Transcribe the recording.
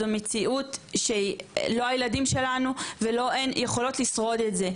זו מציאות שהיא לא הילדים שלנו ולא הן יכולות לשרוד את זה,